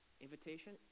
invitation